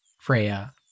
Freya